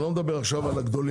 אני לא מדבר על הגדולים,